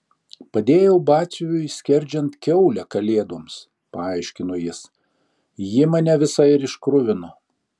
padėjau batsiuviui skerdžiant kiaulę kalėdoms paaiškino jis ji mane visą ir iškruvino